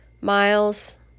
miles